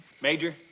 Major